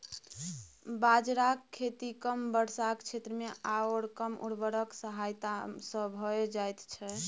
बाजराक खेती कम वर्षाक क्षेत्रमे आओर कम उर्वरकक सहायता सँ भए जाइत छै